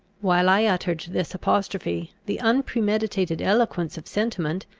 while i uttered this apostrophe, the unpremeditated eloquence of sentiment,